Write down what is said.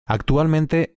actualmente